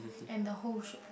and the whole shoot